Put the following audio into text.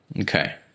Okay